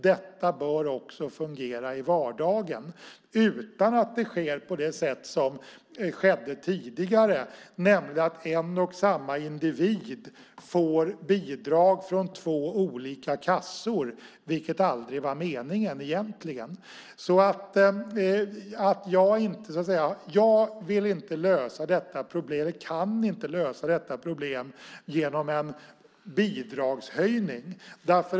Detta bör också fungera i vardagen utan att det sker på det sätt som skedde tidigare, nämligen att en och samma individ får bidrag från två olika kassor, vilket aldrig var meningen egentligen. Jag vill och kan inte lösa detta problem genom en bidragshöjning.